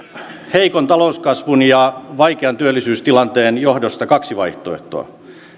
heikon talouskasvun ja vaikean työllisyystilanteen johdosta kaksi vaihtoehtoa